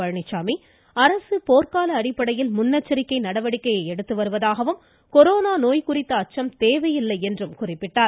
பழனிச்சாமி அரசு போர்க்கால அடிப்படையில் முன்னெச்சாிக்கை நடவடிக்கையை எடுத்து வருவதாகவும் கொரோனா நோய் குறித்த அச்சம் தேவையில்லை என்றும் குறிப்பிட்டார்